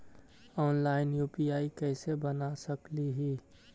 Online UPI कैसे बना सकली ही?